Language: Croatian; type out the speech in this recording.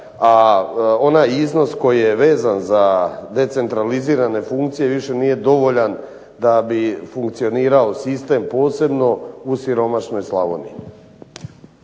a onaj iznos koji je vezan za decentralizirane funkcije više nije dovoljan da bi funkcionirao sistem posebno u siromašnoj Slavoniji.